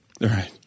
right